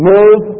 Move